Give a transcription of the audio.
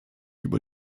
über